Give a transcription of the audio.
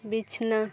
ᱵᱤᱪᱷᱱᱟᱹ